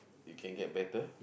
they can get better